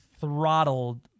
throttled